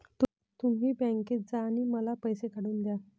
तुम्ही बँकेत जा आणि मला पैसे काढून दया